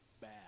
bad